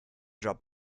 job